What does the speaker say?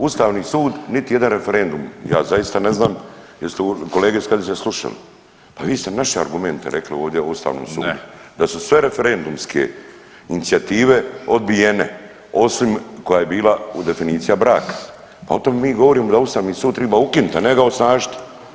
Ustavni sud niti jedan referendum, ja zaista ne znam jeste kolege iz HDZ-a slušali, pa vi ste naše argumente rekli ovdje o ustavnom sudu [[Upadica iz klupe: Ne]] da su sve referendumske inicijative odbijene osim koja je bila u definicija braka, pa o tome mi govorimo da ustavni sud triba ukinut, a ne ga osnažit.